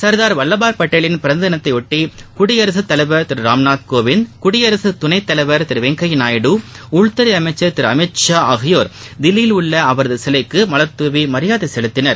சர்தார் வல்லபாய் பட்டேலின் பிறந்த தினத்தையொட்டி குடியரசுத் தலைவர் திரு ராம்நாத் கோவிந்த் குடியரசு துணைத்தலைவர் திரு வெங்கைபா நாயுடு உள்துறை அமைச்சர் திரு அமித் ஷா ஆகியோர் தில்லியில் உள்ள அவரது சிலைக்கு மலர்தூவி மரியாதை செலுத்தினர்